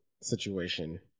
situation